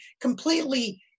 completely